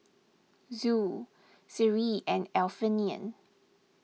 Zul Seri and Alfian